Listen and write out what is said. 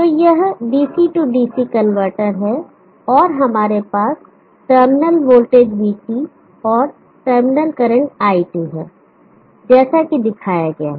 तो यह DC DC converter है और हमारे पास टर्मिनल वोल्टेज Vt और टर्मिनल करंट It है जैसा कि दिखाया गया है